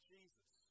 Jesus